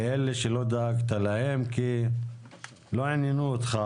לאלה שלא דאגת להם כי לא עניינו אותך.